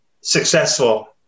successful